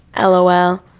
lol